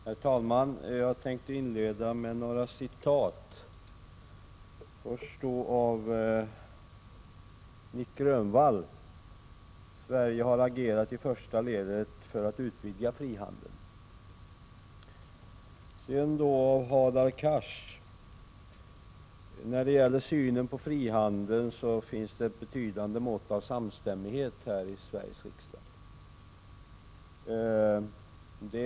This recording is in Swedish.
Herr talman! Jag skall inleda detta anförande med att återge ett par uttalanden. Först ett uttalande av Nic Grönvall: Sverige har agerat i första ledet för att utvidga frihandeln. Sedan ett uttalande av Hadar Cars: När det gäller synen på frihandeln finns det ett betydande mått av samstämmighet här i Sveriges riksdag.